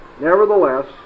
Nevertheless